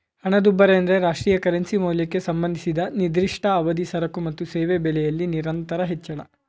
ಹಣದುಬ್ಬರ ಎಂದ್ರೆ ರಾಷ್ಟ್ರೀಯ ಕರೆನ್ಸಿ ಮೌಲ್ಯಕ್ಕೆ ಸಂಬಂಧಿಸಿದ ನಿರ್ದಿಷ್ಟ ಅವಧಿ ಸರಕು ಮತ್ತು ಸೇವೆ ಬೆಲೆಯಲ್ಲಿ ನಿರಂತರ ಹೆಚ್ಚಳ